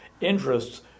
interests